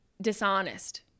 dishonest